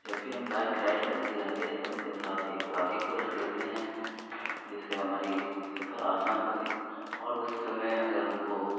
جب بھی ہم بائک رائڈ کرنے جاتے ہیں تو اپنے ساتھ ایک ساتھی کو رکھ لیتے ہیں جس سے ہماری سفر آسان پرے اور اس سمے اگر ہم کو